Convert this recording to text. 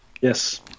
Yes